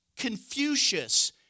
Confucius